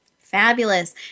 Fabulous